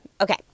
Okay